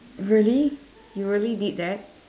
really you really did that